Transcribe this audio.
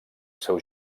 seu